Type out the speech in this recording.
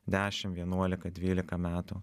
dešim vienuolika dvylika metų